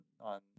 on